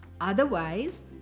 Otherwise